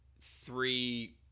three